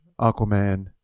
Aquaman